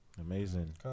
Amazing